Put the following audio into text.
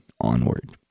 onward